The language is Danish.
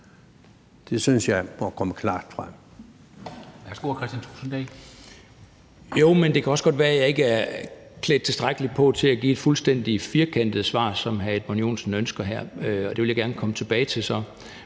Det synes jeg må komme klart frem.